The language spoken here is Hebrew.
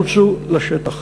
רוצו לשטח.